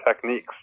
techniques